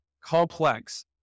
complex